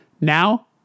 Now